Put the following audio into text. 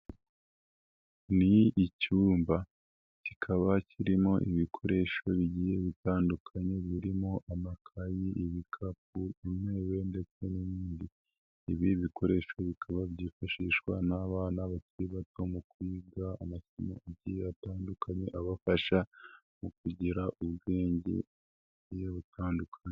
Ni icyumba, kikaba kirimo ibikoresho bigiye bitandukanye birimo amakayi ibikapu imeza ndetse n' ibi bikoresho bikaba byifashishwa n'abana bakiri bato mu kwiga amasomo agiye atandukanye ,abafasha mu kugira ubwenge bugiye butandukanye.